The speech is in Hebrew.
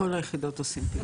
בכל היחידות עושים את זה.